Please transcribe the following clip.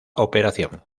operación